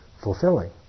fulfilling